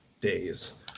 days